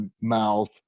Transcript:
mouth